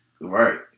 Right